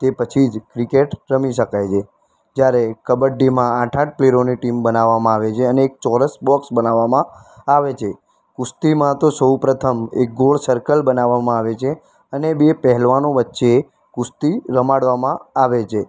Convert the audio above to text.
તે પછી જ ક્રિકેટ રમી શકાય છે જ્યારે કબડ્ડીમાં આઠ આઠ પ્લેયરોની ટીમ બનાવવામાં આવે છે અને એક ચોરસ બૉક્સ બનાવવામાં આવે છે કુસ્તીમાં તો સૌ પ્રથમ એક ગોળ સર્કલ બનાવવામાં આવે છે અને બે પહેલવાનો વચ્ચે કુસ્તી રમાડવામાં આવે છે